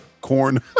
Corn